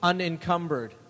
Unencumbered